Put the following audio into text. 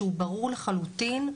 שהוא ברור לחלוטין,